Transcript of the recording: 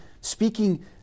speaking